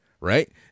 right